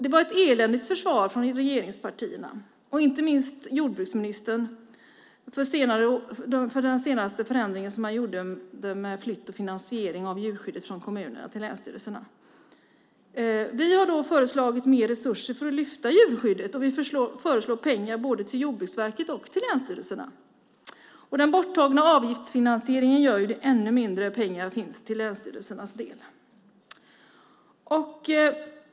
Det var ett eländigt försvar från regeringspartierna, inte minst från jordbruksministern, av den senaste förändring man har gjort med flytt av finansiering av djurskyddet från kommunerna till länsstyrelserna. Vi har föreslagit mer resurser för att lyfta fram djurskyddet. Vi föreslår pengar både till Jordbruksverket och till länsstyrelserna. Den borttagna avgiftsfinansieringen gör att det finns ännu mindre pengar för länsstyrelsernas del.